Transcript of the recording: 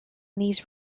these